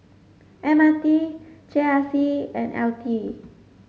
M R T G R C and L T